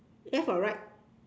left or right